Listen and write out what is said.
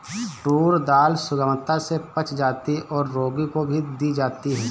tour दाल सुगमता से पच जाती है और रोगी को भी दी जाती है